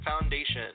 Foundation